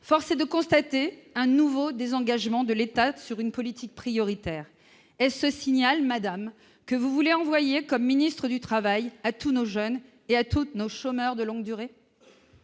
Force est de constater un nouveau désengagement de l'État sur une politique prioritaire. Est-ce ce signal, madame, que vous voulez envoyer, comme ministre du travail, à tous nos jeunes et à tous nos chômeurs de longue durée ?